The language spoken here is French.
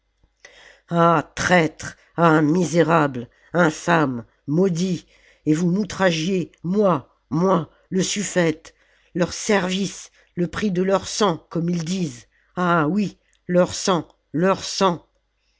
traîtres ah misérables infâmes maudits et vous m'outragiez moi moi le suffete leurs services le prix de leur sang comme ils disent ah oui leur sang leur sang